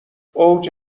اوج